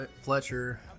Fletcher